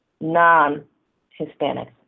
non-Hispanics